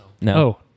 No